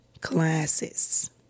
classes